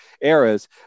eras